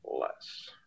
less